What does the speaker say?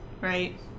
right